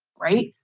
right,